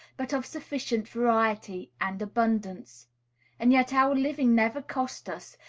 but of sufficient variety and abundance and yet our living never cost us,